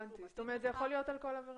זה יכול להיות על כל עבירה.